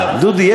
דודי,